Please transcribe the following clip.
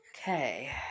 Okay